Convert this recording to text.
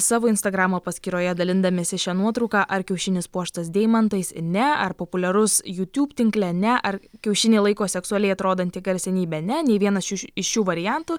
savo instagramo paskyroje dalindamiesi šia nuotrauka ar kiaušinis puoštas deimantais ne ar populiarus jutiūb tinkle ne ar kiaušinį laiko seksualiai atrodanti garsenybė ne nei vienas šių iš šių variantų